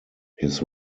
his